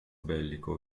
bellico